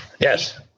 Yes